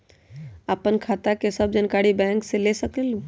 आपन खाता के सब जानकारी बैंक से ले सकेलु?